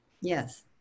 Yes